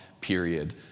period